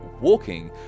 walking